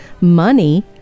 money